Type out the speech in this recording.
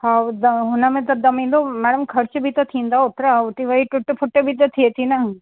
हा त हुन में त दम ही मैडम ख़र्च बि त थींदा ओतिरा ओतिरी वरी टुट फ़ुट बि त थिए थी न